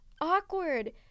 awkward